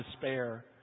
despair